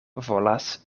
volas